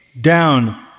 down